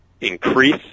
increase